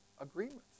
agreements